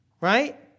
right